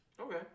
Okay